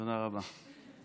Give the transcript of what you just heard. תודה רבה.